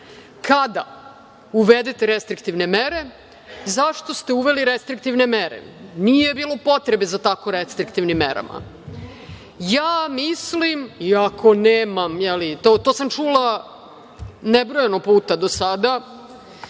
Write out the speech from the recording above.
Kada uvedete restriktivne mere, zašto ste uveli restriktivne mere? Nije bilo potrebe za tako restriktivnim merama. To sam čula nebrojano puta do sada